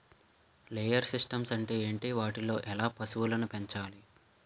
Layer systems అంటే ఏంటి? వాటిలో ఎలా పశువులను పెంచాలి?